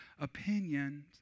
opinions